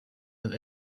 have